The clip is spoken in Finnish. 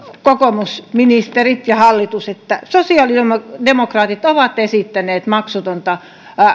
kokoomusministerit ja hallitus sosiaalidemokraatit ovat esittäneet maksutonta